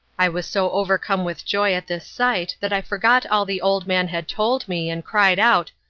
i was so overcome with joy at this sight that i forgot all the old man had told me, and cried out,